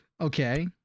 okay